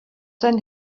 then